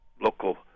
local